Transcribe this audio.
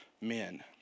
men